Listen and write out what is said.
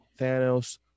Thanos